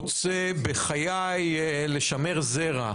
רוצה בחיי לשמר זרע.